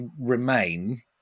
remain